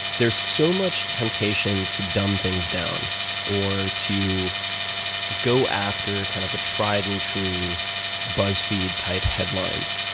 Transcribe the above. there's so much temptation to dumb things down or to go after kind of the tried and true buzzfeed type headlines.